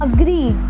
Agree।